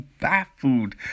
baffled